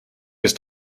ist